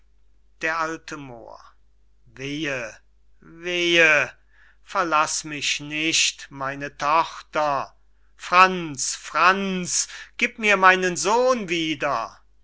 d a moor wehe wehe verlaß mich nicht meine tochter franz franz gib mir meinen sohn wieder